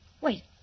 Wait